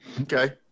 okay